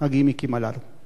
הגימיקים הללו.